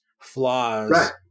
flaws